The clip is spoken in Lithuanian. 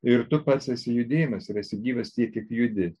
ir tu pats esi judėjimas ir esi gyvas tiek kiek judi